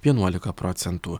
vienuolika procentų